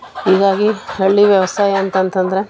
ಹೀಗಾಗಿ ಹಳ್ಳಿ ವ್ಯವಸಾಯ ಅಂತಂತಂದರೆ